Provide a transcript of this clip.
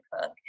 cook